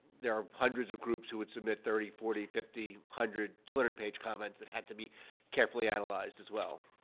there are hundreds of groups who would submit thirty, forty, fifty, one hundred, two hundred page comments that had to be carefully analyzed, as well.